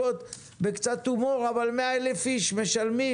100 אלף איש משלמים